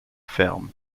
ferme